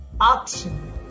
Option